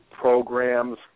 programs